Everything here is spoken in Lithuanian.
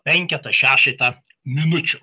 penketą šešetą minučių